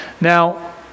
Now